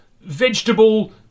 Vegetable